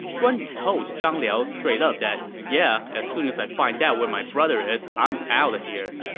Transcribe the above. guan yu told zhang liao straight up that, yeah, as soon as i find out where my brother is, i'm out of here.